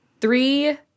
Three